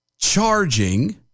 charging